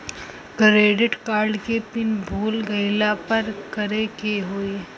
Credit card के PIN भूल गईला पर का करे के होई?